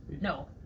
No